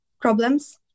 problems